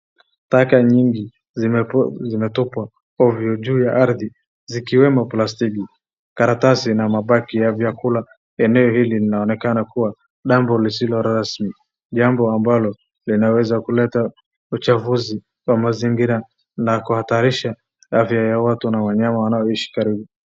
Taka nyingi zimetupwa ovyo juu ya ardhi zikiwemo plastiki ,karatasi na mabaki ya vyakula .Eneo hili linaonekana kuwa jambo lisilo rasmi, jambo ambalo linaweza kuleta uchafuzi wa mazingira na kuhatayarisha afya ya watu na wanyama wanaoishi karibu.